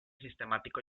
sistemático